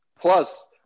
Plus